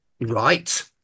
Right